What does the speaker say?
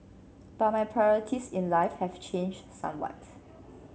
but my priorities in life have changed somewhat